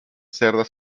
cerdas